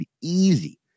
easy